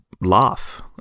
laugh